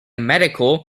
medical